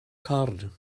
corn